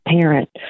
parent